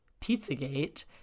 pizzagate